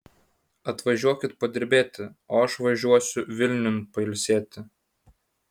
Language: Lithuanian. atvažiuokit padirbėti o aš važiuosiu vilniun pailsėti